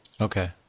Okay